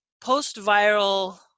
post-viral